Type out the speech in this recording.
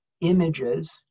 images